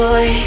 Boy